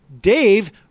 Dave